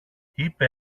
είπε